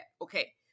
Okay